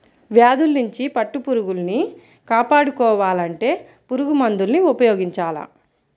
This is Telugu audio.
వ్యాధుల్నించి పట్టుపురుగుల్ని కాపాడుకోవాలంటే పురుగుమందుల్ని ఉపయోగించాల